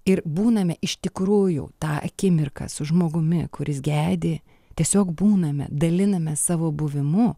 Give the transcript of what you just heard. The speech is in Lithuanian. ir būname iš tikrųjų tą akimirką su žmogumi kuris gedi tiesiog būname daliname savo buvimu